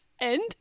End